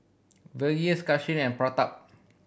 Verghese Kanshi and Pratap